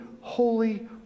holy